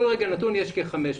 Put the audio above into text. בכל רגע נתון יש 500,